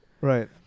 Right